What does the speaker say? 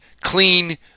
clean